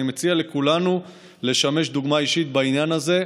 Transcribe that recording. אני מציע לכולנו לשמש דוגמה אישית בעניין הזה,